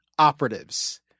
operatives